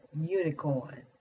unicorn